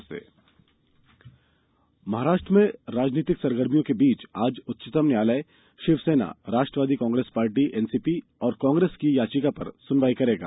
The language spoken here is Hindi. महाराष्ट्र राजनीति महाराष्ट्र में राजनीतिक सरगर्मियों के बीच आज उच्चतम न्यायालय Shiv Sena Rashtravadi Congress party NCP और कांग्रेस की याचिका पर सुनवाई करेगा